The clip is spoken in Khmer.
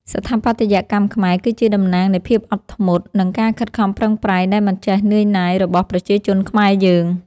ស្ថាបត្យកម្មខ្មែរគឺជាតំណាងនៃភាពអត់ធ្មត់ និង ការខិតខំប្រឹងប្រែងដែលមិនចេះនឿយណាយរបស់ប្រជាជនខ្មែរយើង។